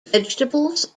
vegetables